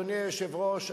אדוני היושב-ראש,